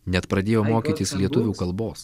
net pradėjau mokytis lietuvių kalbos